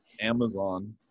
Amazon